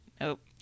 nope